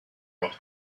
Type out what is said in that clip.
rock